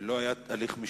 ולא היה הליך משפטי.